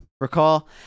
Recall